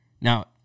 Now